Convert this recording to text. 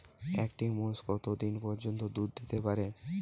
একটি মোষ কত দিন পর্যন্ত দুধ দিতে পারে?